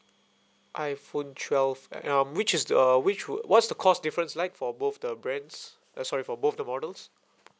iphone twelve and um which is the which would what's the cost difference like for both the brands ah sorry for both the models